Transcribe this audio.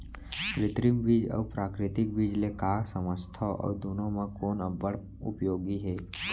कृत्रिम बीज अऊ प्राकृतिक बीज ले का समझथो अऊ दुनो म कोन अब्बड़ उपयोगी हे?